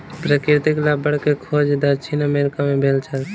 प्राकृतिक रबड़ के खोज दक्षिण अमेरिका मे भेल छल